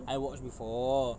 I watched before